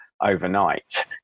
overnight